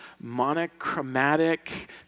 monochromatic